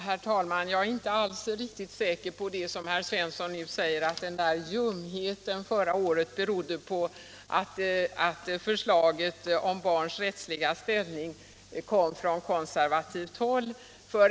Herr talman! Jag är inte alls så säker på att den där ljumheten förra året som herr Svensson i Malmö talar om berodde på att förslaget om barns rättsliga ställning kom från konservativt håll.